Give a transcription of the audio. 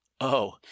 Oh